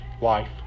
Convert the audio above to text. life